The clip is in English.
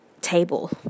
table